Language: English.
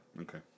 okay